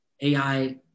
AI